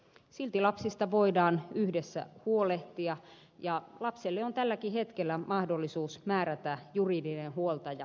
silti lapsista voidaan yhdessä huolehtia ja lapselle on tälläkin hetkellä mahdollisuus määrätä juridinen huoltaja lähipiiristä